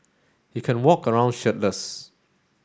he can walk around shirtless